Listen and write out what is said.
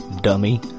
dummy